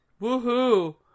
Woohoo